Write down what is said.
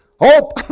Hope